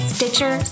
Stitcher